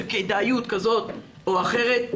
של כדאיות כזאת או אחרת,